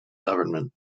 government